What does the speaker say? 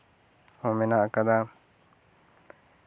ᱦᱚᱸ ᱢᱮᱱᱟᱜ ᱟᱠᱟᱫᱟ